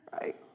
right